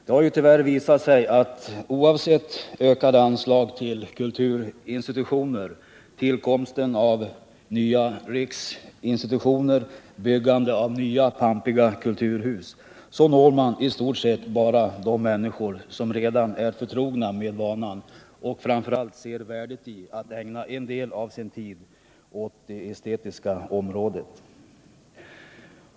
Det har tyvärr visat sig att oavsett ökade anslag till kulturinstitutioner, tillkomsten av nya riksinstitutioner och byggande av nya, pampiga kulturhus når man i stort sett bara de människor som redan är förtrogna med vanan och framför allt ser värdet i att ägna en del av sin tid åt det estetiska området.